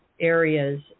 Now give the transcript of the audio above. areas